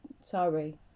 sorry